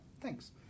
Thanks